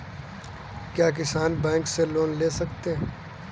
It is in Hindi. क्या किसान बैंक से लोन ले सकते हैं?